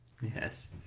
Yes